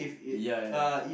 ya